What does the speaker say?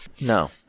No